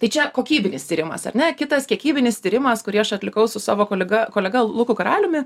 tai čia kokybinis tyrimas ar ne kitas kiekybinis tyrimas kurį aš atlikau su savo koliga kolega luku karaliumi